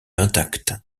intact